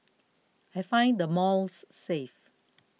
I find the malls safe